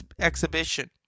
Exhibition